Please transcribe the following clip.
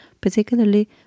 particularly